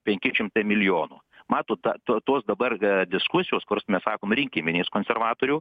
penki šimtai milijonų matot tą to tos dabar diskusijos kurs mes sakom rinkiminės konservatorių